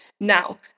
Now